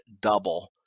double